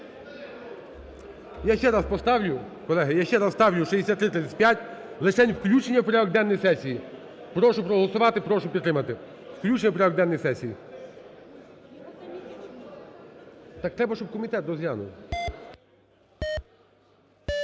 я ще раз ставлю 6335 лишень включення в порядок денний сесії. Прошу проголосувати, прошу підтримати включення в порядок денний сесії. Так треба, щоб комітет розглянув.